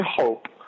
hope